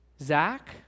Zach